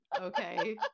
Okay